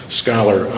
scholar